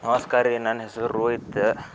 ನಮಸ್ಕಾರ ರೀ ನನ್ನ ಹೆಸರು ರೋಹಿತ್